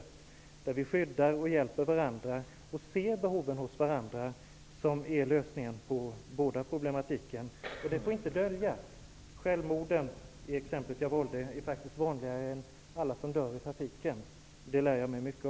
Jag tror alltså att detta med att vi skyddar och hjälper varandra samt att vi ser varandras behov är lösningen på problematiken i båda fallen. Sådant här får inte döljas. Att människor begår självmord, för att återknyta till det jag nyss sade, är faktiskt vanligare än att människor dör i trafiken. Detta faktum har lärt mig mycket.